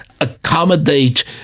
accommodate